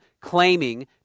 claiming